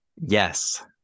Yes